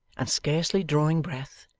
and scarcely drawing breath,